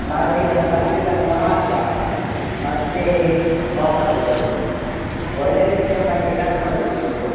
ಮರುದಿವಸ ಸಂಜೆ ತನಕ ಮಾತ್ರ ಮತ್ತೆ ವಾಪಸ್ ಬರೋದು ಒಳ್ಳೊಳ್ಳೆಯ ಟೆಂಪಲಿಗೆ ಕರ್ಕಂಡು ಹೋಗ್ಬೇಕು